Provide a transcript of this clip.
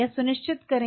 यह सुनिश्चित करें